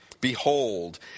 behold